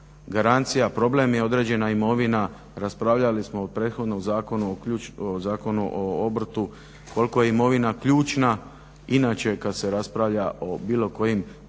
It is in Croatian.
garancija, problem je određena imovina. Raspravljali smo o prethodnom zakonu o Zakonu o obrtu koliko je imovina ključna. Inače kada se raspravlja o bilo kojim poslovanjima